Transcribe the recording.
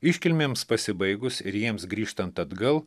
iškilmėms pasibaigus ir jiems grįžtant atgal